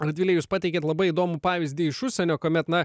radvile jūs pateikėt labai įdomų pavyzdį iš užsienio kuomet na